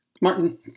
Martin